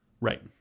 right